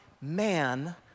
man